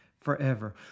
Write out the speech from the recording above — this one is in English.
forever